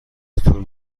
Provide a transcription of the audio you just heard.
طول